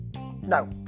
no